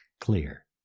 clear